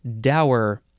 dower